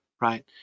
right